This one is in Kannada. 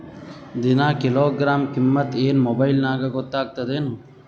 ದಿನಾ ಕಿಲೋಗ್ರಾಂ ಕಿಮ್ಮತ್ ಏನ್ ಮೊಬೈಲ್ ನ್ಯಾಗ ಗೊತ್ತಾಗತ್ತದೇನು?